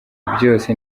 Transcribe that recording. byose